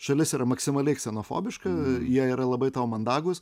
šalis yra maksimaliai ksenofobiška jie yra labai tau mandagūs